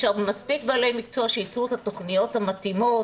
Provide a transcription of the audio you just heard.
יש מספיק בעלי מקצוע שייצרו את התוכניות המתאימות,